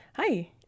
Hi